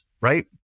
right